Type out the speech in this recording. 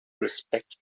respect